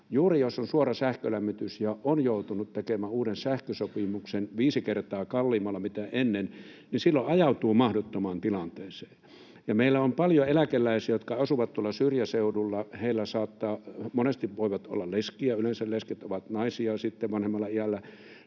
juuri, jos on suora sähkölämmitys ja on joutunut tekemään uuden sähkösopimuksen viisi kertaa kalliimmalla kuin ennen, niin silloin ajautuu mahdottomaan tilanteeseen. Meillä on paljon eläkeläisiä, jotka asuvat tuolla syrjäseudulla. Monesti he voivat olla leskiä, ja yleensä vanhemmat lesket ovat naisia. Heille tulee